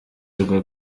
rwa